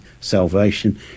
salvation